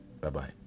bye-bye